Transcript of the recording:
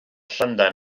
llundain